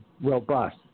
robust